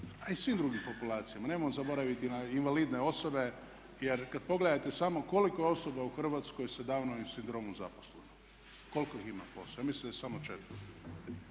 a i svim drugim populacijama. Nemojmo zaboraviti na invalidne osobe jer kada pogledate samo koliko je osoba sa Downovim sindromom zaposleno, koliko ih ima posto, ja mislim da je samo